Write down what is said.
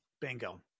Bingo